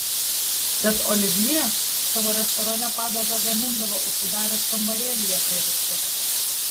tad olivjė savo restorane padažą gamindavo užsidaręs kambarėlyje prie virtuvės